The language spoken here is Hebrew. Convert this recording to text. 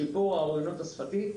שיפור המיומנות השפתית,